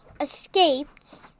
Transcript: escaped